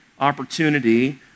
opportunity